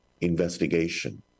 investigation